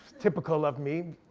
typical of me.